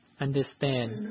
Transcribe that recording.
understand